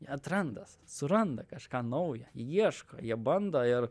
jie atranda suranda kažką naujo ieško jie bando ir